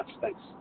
Thanks